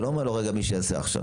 אתה לא אומר רק מי שעשה עכשיו.